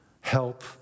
help